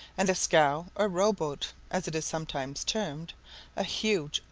and a scow or rowboat, as it is sometimes termed a huge,